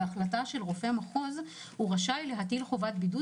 בהחלטה של רופא מחוז הוא רשאי להטיל חובת בידוד